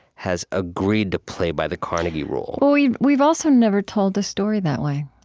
has agreed to play by the carnegie rule well, we've we've also never told the story that way.